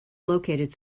located